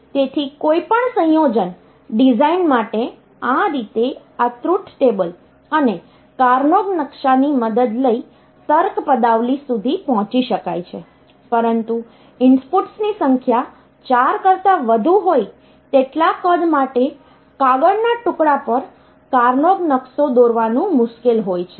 તેથી કોઈપણ સંયોજન ડિઝાઇન માટે આ રીતે આ ટ્રુથ ટેબલ અને કાર્નોગ નકશાની મદદ લઈ તર્ક પદાવલિ સુધી પહોંચી શકાય છે પરંતુ ઇનપુટ્સની સંખ્યા ચાર કરતાં વધુ હોય તેટલા કદ માટે કાગળના ટુકડા પર કાર્નોગ નકશો દોરવાનું મુશ્કેલ હોય છે